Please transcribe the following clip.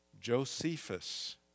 Josephus